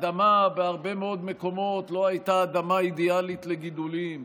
בהרבה מאוד מקומות האדמה לא הייתה אדמה אידיאלית לגידולים,